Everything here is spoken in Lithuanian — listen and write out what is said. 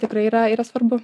tikrai yra yra svarbu